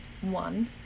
one